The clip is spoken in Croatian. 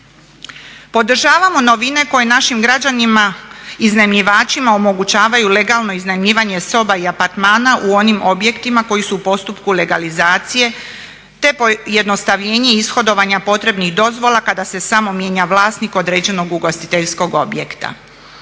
Podržavamo novine koje našim građanima iznajmljivačima omogućavaju legalno iznajmljivanje soba i apartmana u onim objektima koji su u postupku legalizacije te pojednostavljenje ishodovanja potrebnih dozvola kada se samo mijenja vlasnik određenog ugostiteljskog objekta.